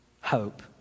hope